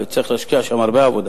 וצריך להשקיע שם הרבה עבודה,